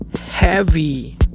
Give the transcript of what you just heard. heavy